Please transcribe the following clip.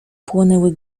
płonęły